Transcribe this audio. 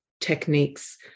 techniques